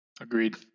Agreed